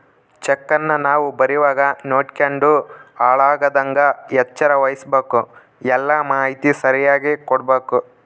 ಚೆಕ್ಕನ್ನ ನಾವು ಬರೀವಾಗ ನೋಡ್ಯಂಡು ಹಾಳಾಗದಂಗ ಎಚ್ಚರ ವಹಿಸ್ಭಕು, ಎಲ್ಲಾ ಮಾಹಿತಿ ಸರಿಯಾಗಿ ಕೊಡ್ಬಕು